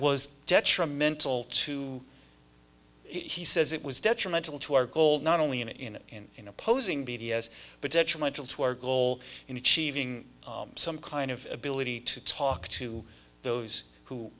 was detrimental to he says it was detrimental to our goal not only in in in in opposing b d s but detrimental to our goal in achieving some kind of ability to talk to those who